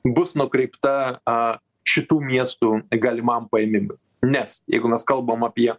bus nukreipta a šitų miestų galimam paėmimui nes jeigu mes kalbam apie